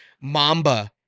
mamba